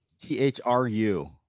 t-h-r-u